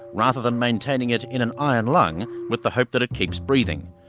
rather than maintaining it in an iron lung with the hope that it keeps breathing.